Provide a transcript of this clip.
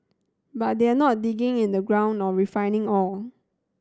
but they're not digging in the ground or refining ore